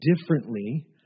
differently